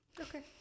Okay